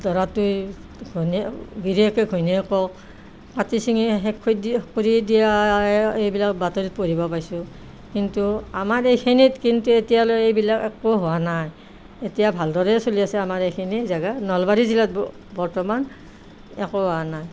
দৰাটোৱে ঘৈণীয়েক গিৰিয়েকে ঘৈণীয়েকক কাটি ছিঙি শেষ কৰি দিয়ে কৰি দিয়া এইবিলাক বাতৰিত পঢ়িব পাইছোঁ কিন্তু আমাৰ এইখিনিত কিন্তু এতিয়ালৈ এইবিলাক একো হোৱা নাই এতিয়া ভালদৰে চলি আছে আমাৰ এইখিনি জেগা নলবাৰী জিলাত ব বৰ্তমান একো হোৱা নাই